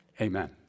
Amen